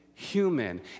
human